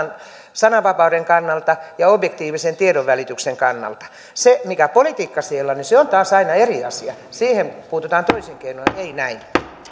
sananvapauden kannalta ja objektiivisen tiedonvälityksen kannalta se mikä politiikka siellä on se on taas aina eri asia siihen puututaan toisin keinoin ei näin